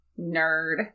Nerd